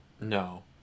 No